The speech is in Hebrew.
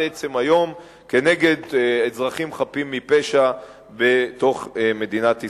עצם היום נגד אזרחים חפים מפשע בתוך מדינת ישראל.